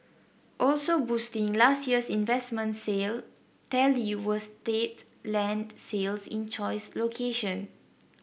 also boosting last year's investment sale tally were state land sales in choice location